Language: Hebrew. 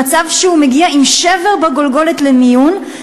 למצב שהוא מגיע עם שבר בגולגולת למיון,